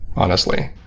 honestly.